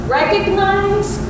recognize